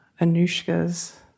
Anushka's